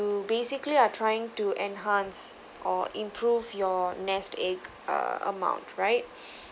basically are trying to enhance or improve your nest egg uh amount right